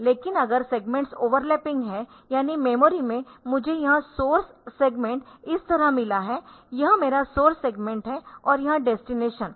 लेकिन अगर segments overlapping है यानी मेमोरी में मुझे यह सोर्स सेगमेंट इस तरह मिला है यह मेरा सोर्स सेगमेंट है और यह डेस्टिनेशन है